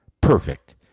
Perfect